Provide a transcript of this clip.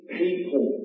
people